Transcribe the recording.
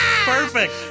Perfect